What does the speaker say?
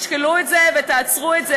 ותשקלו את זה ותעצרו את זה.